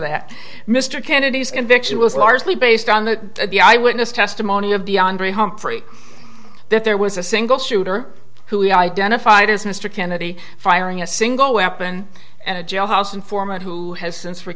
that mr kennedy's conviction was largely based on the the eyewitness testimony of the andre humphrey that there was a single shooter who he identified as mr kennedy firing a single weapon and a jailhouse informant who has since for